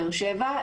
בבאר שבע.